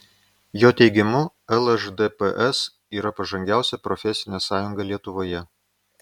jo teigimu lšdps yra pažangiausia profesinė sąjunga lietuvoje